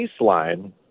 baseline